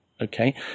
okay